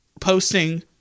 posting